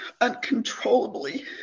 uncontrollably